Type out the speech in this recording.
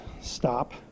stop